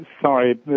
Sorry